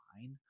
fine